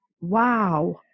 wow